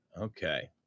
Okay